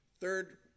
Third